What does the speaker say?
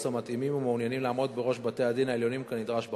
המתאימים ומעוניינים לעמוד בראש בתי-הדין העליונים כנדרש בחוק.